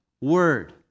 word